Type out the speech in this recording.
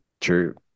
true